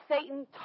Satan